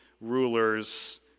rulers